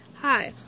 Hi